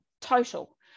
total